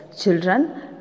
children